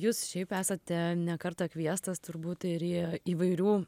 jūs šiaip esate ne kartą kviestas turbūt ir į įvairių